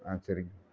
ஆ சரிங்க